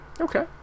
Okay